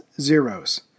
Zeros